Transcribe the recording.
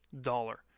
dollar